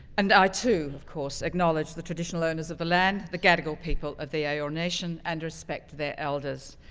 and i too, of course, acknowledged the traditional owners of the land, the gadigal people of the ayor nation, and respect their elders.